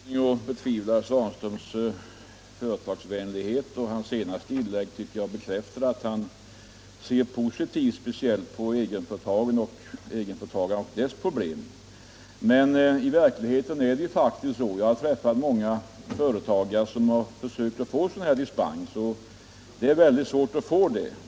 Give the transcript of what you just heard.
Herr talman! Jag har ingen anledning att betvivla herr Svanströms företagsvänlighet. Herr Svanströms senaste inlägg tycker jag bekräftar att han ser positivt speciellt på egenföretagarna och deras problem. I verkligheten är det emellertid faktiskt svårt att få en sådan dispens som vi här diskuterar; jag har träffat många småföretagare som kan bekräfta detta.